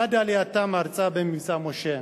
עד עלייתם ארצה ב"מבצע משה".